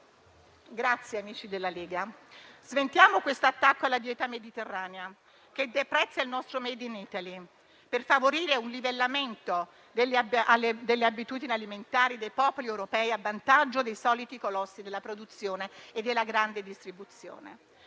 invasivi e nocivi. Sventiamo quindi questo attacco alla dieta mediterranea che deprezza il nostro *made in Italy* per favorire un livellamento delle abitudini alimentari dei popoli europei a vantaggio dei soliti colossi della produzione e della grande distribuzione.